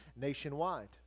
nationwide